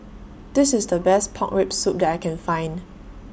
This IS The Best Pork Rib Soup that I Can Find